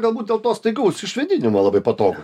galbūt dėl to staigaus išvedinimo labai patogu